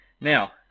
Now